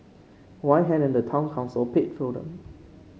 why hadn't the town council paid for them